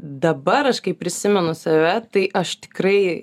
dabar aš kai prisimenu save tai aš tikrai